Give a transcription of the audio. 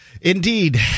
Indeed